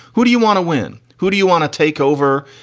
who do you want to win? who do you want to take over?